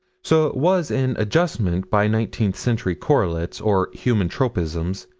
so it was an adjustment by nineteenth-century correlates, or human tropisms,